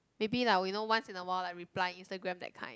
maybe lah we know once in awhile like reply Instagram that kind